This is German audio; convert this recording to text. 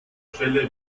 stelle